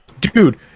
Dude